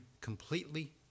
completely